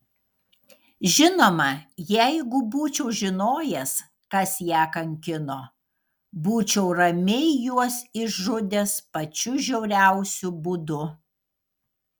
žinoma jeigu būčiau žinojęs kas ją kankino būčiau ramiai juos išžudęs pačiu žiauriausiu būdu